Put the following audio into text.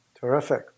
Terrific